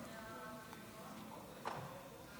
כבוד היושב-ראש,